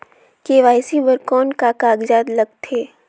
KYC बर कौन का कागजात लगथे?